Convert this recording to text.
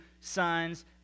signs